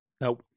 No